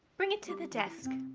bring it to the desk.